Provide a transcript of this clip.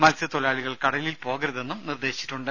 മത്സ്യത്തൊഴിലാളികൾ കടലിൽ പോകരുതെന്നും നിർദേശിച്ചിട്ടുണ്ട്